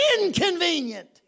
inconvenient